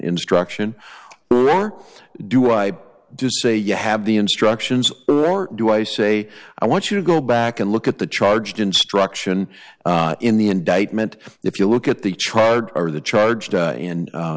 instruction or do i do say you have the instructions or do i say i want you to go back and look at the charged instruction in the indictment if you look at the trial or the charged in a